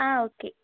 ஆ okay